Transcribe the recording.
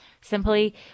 Simply